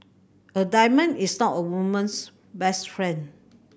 a diamond is not a woman's best friend